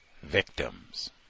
victims